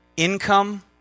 Income